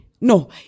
No